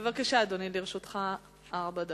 בבקשה, אדוני, לרשותך ארבע דקות.